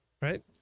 right